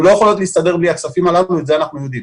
הן לא יכולות להסתדר בלי הכספים הללו ואת זה אנחנו יודעים.